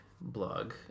blog